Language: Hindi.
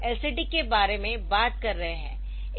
तो हम LCD के बारे में बात कर रहे है